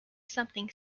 something